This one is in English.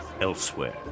elsewhere